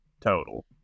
total